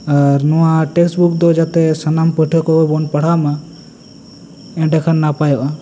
ᱟᱨ ᱱᱚᱣᱟ text book ᱫᱚ ᱡᱟᱛᱮ ᱥᱟᱱᱟᱢ ᱯᱟᱹᱴᱷᱩᱣᱟᱹ ᱠᱚ ᱵᱚᱱ ᱯᱟᱲᱦᱟᱣ ᱢᱟ ᱮᱸᱰᱮᱠᱷᱟᱱ ᱱᱟᱯᱟᱭᱚᱜᱼᱟ